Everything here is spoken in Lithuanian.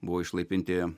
buvo išlaipinti